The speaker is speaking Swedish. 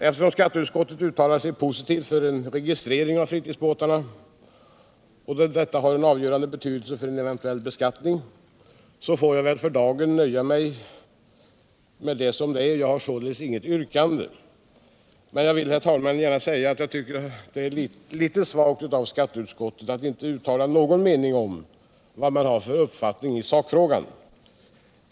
Eftersom skatteutskottet uttalar sig positivt om en registrering av fritidsbåtarna och detta har en avgörande betydelse för en eventuell beskattning, så får jag väl för dagen nöja mig med det. Jag har således, som jag sade inledningsvis, inget yrkande. Men jag vill, herr talman, gärna säga att jag tycker det är litet svagt av skatteutskottet att inte uttala någon mening om sakfrågan.